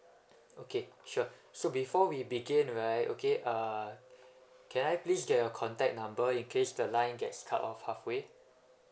okay sure so before we begin right okay uh can I please get your contact number in case the line gets cut off halfway